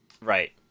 right